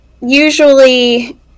usually